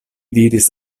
diris